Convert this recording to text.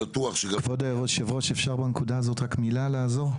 כבוד יושב הראש, אפשר בנקודה הזאת רק מילה לעזור?